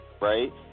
right